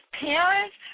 parents